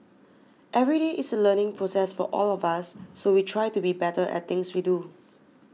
every day is a learning process for all of us so we try to be better at things we do